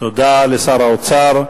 תודה לשר האוצר.